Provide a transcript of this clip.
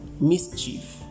mischief